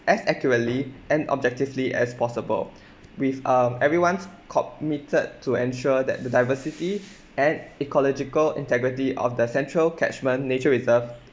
as accurately and objectively as possible with um everyone's committed to ensure that the diversity at ecological integrity of the central catchment nature reserve